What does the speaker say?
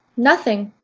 nothing,